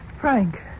Frank